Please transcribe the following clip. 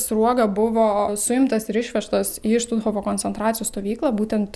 sruoga buvo suimtas ir išvežtas į štuthofo koncentracijos stovyklą būtent